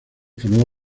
formó